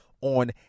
on